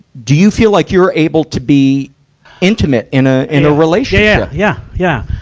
do you feel like you're able to be intimate in a, in a relationship? yeah. yeah. yeah.